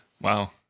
Wow